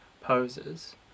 poses